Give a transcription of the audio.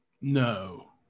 No